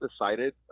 decided